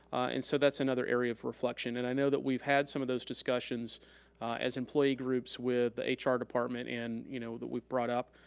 and so that's another area of reflection and i know that we've had some of those discussions as employee groups with the hr department and you know that we've brought up,